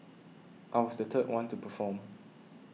I was the third one to perform